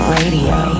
Radio